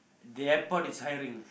the airport is hiring